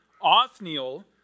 Othniel